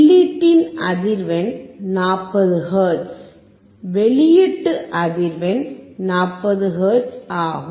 உள்ளீட்டின் அதிர்வெண் 40 ஹெர்ட்ஸ் வெளியீட்டு அதிர்வெண் 40 ஹெர்ட்ஸ் ஆகும்